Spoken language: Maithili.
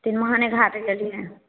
तिरमानी घाट गेलियै